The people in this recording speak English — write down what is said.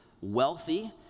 wealthy